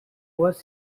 was